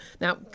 Now